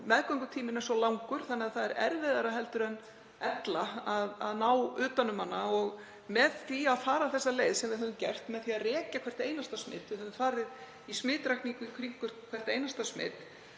meðgöngutíminn er svo langur þannig að það er erfiðara en ella að ná utan um hana. Og með því að fara þá leið sem við höfum gert, með því að rekja hvert einasta smit — við höfum farið í smitrakningu í kringum hvert einasta smit